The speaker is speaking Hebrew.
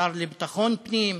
השר לביטחון הפנים,